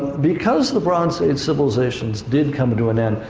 because the bronze age civilizations did come to an end,